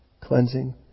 Cleansing